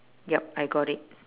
yup I got it